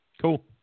Cool